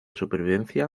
supervivencia